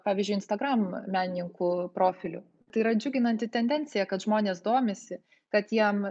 pavyzdžiui instagram menininkų profilių tai yra džiuginanti tendencija kad žmonės domisi kad jiem